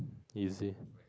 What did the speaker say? easy